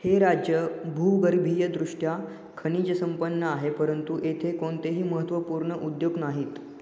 हे राज्य भूगर्भीय दृष्ट्या खनिज संपन्न आहे परंतु येथे कोणतेही महत्त्वपूर्ण उद्योग नाहीत